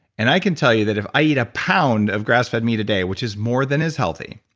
and i can tell you that if i eat a pound of grass-fed meat a day, which is more than is healthy,